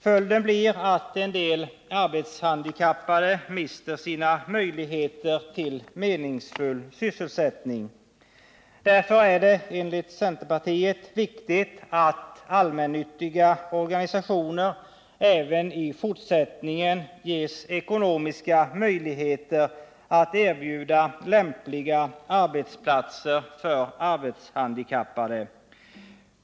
Följden blir att en del arbetshandikappade mister sina möjligheter till meningsfull sysselsättning. Därför är det enligt centerpartiet viktigt att allmännyttiga organisationer även i fortsättningen ges ekonomiska möjligheter att erbjuda lämpliga arbetsplatser för arbetshandikappade.